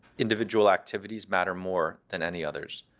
individual activities matter more than any others.